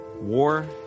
War